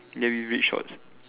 ya with red shorts